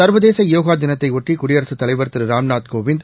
ச்வதேச யோகா தினத்தையொட்டி குடியரசுத் தலைவர் திரு ராம்நாத் கோவிந்த்